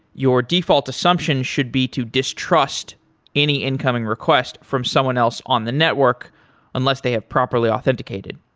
your default assumption should be to distrust any incoming request from someone else on the network unless they have properly authenticated.